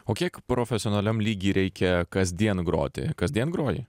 o kiek profesionaliam lygy reikia kasdien groti kasdien groji